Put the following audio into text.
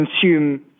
consume